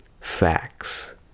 facts